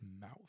mouth